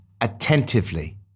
attentively